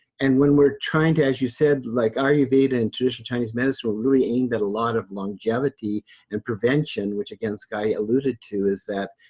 and when we're trying to, as you said, like ayurveda and traditional chinese medicine, were really aimed at a lot of longevity and prevention, which again skye alluded to, is that,